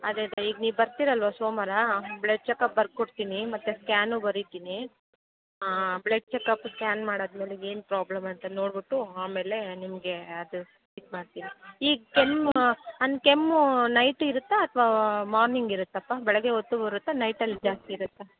ಅದೆದೇ ಈಗ ನೀವು ಬರ್ತೀರಲ್ವ ಸೋಮಾರ ಬ್ಲಡ್ ಚಕಪ್ ಬರ್ಕೊಡ್ತೀನಿ ಮತ್ತೆ ಸ್ಕ್ಯಾನು ಬರಿತೀನಿ ಹಾಂ ಬ್ಲಡ್ ಚಕಪ್ಪು ಸ್ಕ್ಯಾನ್ ಮಾಡಾದಮೇಲೆ ಏನು ಪ್ರಾಬ್ಲಮ್ ಅಂತ ನೋಡ್ಬಿಟ್ಟು ಆಮೇಲೆ ನಿಮಗೆ ಅದು ಇದು ಮಾಡ್ತೀನಿ ಈಗ ಕೆಮ್ಮು ಅನ್ನ ಕೆಮ್ಮು ನೈಟ್ ಇರುತ್ತೆ ಅಥ್ವಾ ಮಾರ್ನಿಂಗ್ ಇರುತ್ತೆಪ್ಪ ಬೆಳಿಗ್ಗೆ ಹೊತ್ತು ಬರುತ್ತಾ ನೈಟಲ್ಲಿ ಜಾಸ್ತಿ ಇರುತ್ತಾ